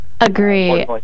Agree